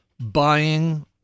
buying